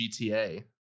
gta